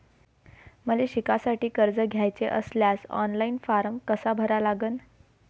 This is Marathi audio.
मले शिकासाठी कर्ज घ्याचे असल्यास ऑनलाईन फारम कसा भरा लागन?